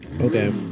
Okay